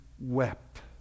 wept